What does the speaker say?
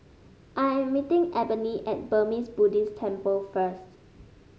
I am meeting Ebony at Burmese Buddhist Temple first